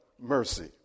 mercy